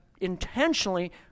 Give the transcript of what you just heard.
intentionally